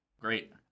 Great